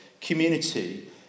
community